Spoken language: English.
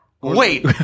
Wait